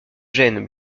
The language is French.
gênent